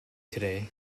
today